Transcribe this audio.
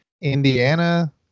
Indiana